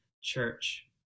Church